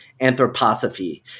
anthroposophy